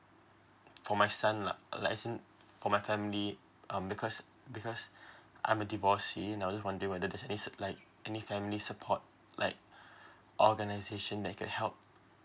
for my son lah like as in for my family um because because I'm a divorcee and I was just wondering whether any ser~ like any family support like organisation that could help